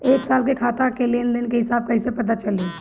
एक साल के खाता के लेन देन के हिसाब कइसे पता चली?